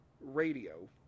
radio